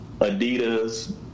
Adidas